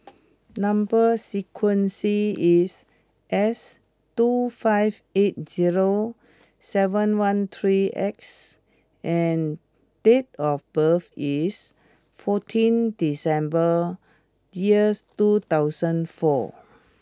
number sequence is S two five eight zero seven one three X and date of birth is fourteen December dears two thousand four